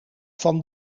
van